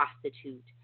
prostitute